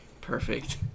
Perfect